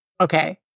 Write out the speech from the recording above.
Okay